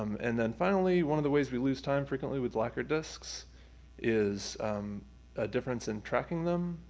and then finally one of the ways we lose time frequently with lacquer discs is a difference in tracking them.